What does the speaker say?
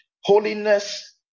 holiness